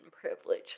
privilege